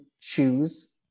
choose